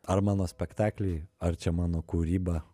ar mano spektakliai ar čia mano kūryba